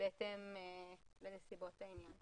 בהתאם לנסיבות העניין.